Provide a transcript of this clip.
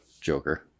Joker